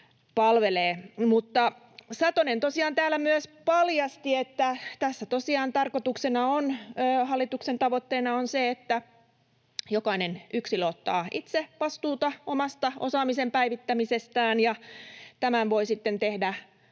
palvelee. Satonen täällä myös paljasti, että tässä tosiaan tarkoituksena, hallituksen tavoitteena on se, että jokainen yksilö ottaa itse vastuuta oman osaamisensa päivittämisestä ja tämän voi sitten tehdä